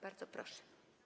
Bardzo proszę.